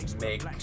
make